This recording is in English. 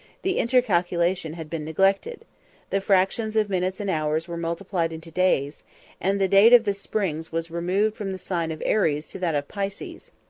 the intercalation had been neglected the fractions of minutes and hours were multiplied into days and the date of the springs was removed from the sign of aries to that of pisces.